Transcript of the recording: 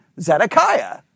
Zedekiah